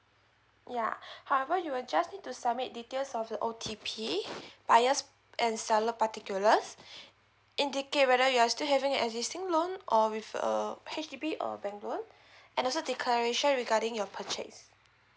yeah however you will just need to submit details of the O_T_P buyer and seller particulars indicate whether you're still having an existing loan or with H_D_B or bank loan and also the declaration regarding your purchase